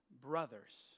brothers